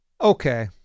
Okay